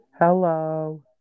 Hello